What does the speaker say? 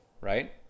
right